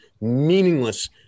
meaningless